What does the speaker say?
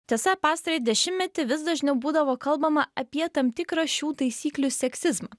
tiesa pastarąjį dešimtmetį vis dažniau būdavo kalbama apie tam tikrą šių taisyklių seksizmą